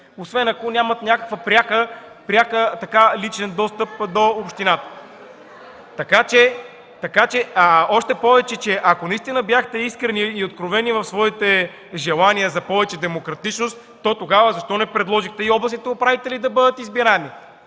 освен ако нямат някакъв пряк личен достъп до общината. (Реплики от КБ и ДПС.) Ако наистина бяхте искрени и откровени в своите желания за повече демократичност, то тогава защо не предложихте и областните управители да бъдат избираеми?